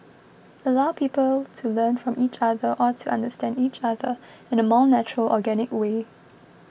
allow people to learn from each other or to understand each other in a more natural organic way